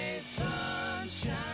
sunshine